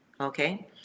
okay